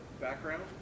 background